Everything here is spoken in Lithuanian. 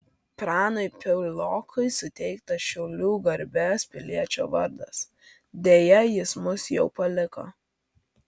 pranui piaulokui suteiktas šiaulių garbės piliečio vardas deja jis mus jau paliko